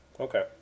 Okay